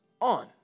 on